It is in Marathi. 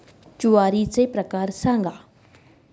ज्वारीचे प्रकार सांगा